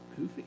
poofy